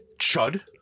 Chud